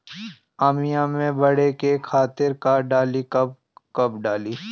आमिया मैं बढ़े के खातिर का डाली कब कब डाली?